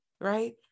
right